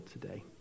today